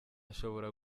ashobora